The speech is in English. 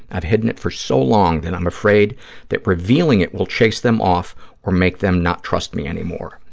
i've hidden it for so long that i'm afraid that revealing it will chase them off or make them not trust me anymore,